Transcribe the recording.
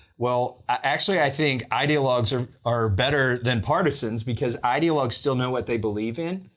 well actually, i think ideologues are are better than partisans because ideologues still know what they believe in,